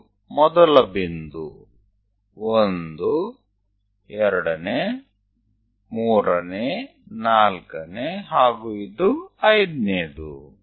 ಇದು ಮೊದಲ ಬಿಂದು ಒಂದು ಎರಡನೇ ಮೂರನೇ ನಾಲ್ಕನೇ ಹಾಗೂ ಇದು ಐದನೇಯದು